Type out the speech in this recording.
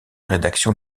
rédaction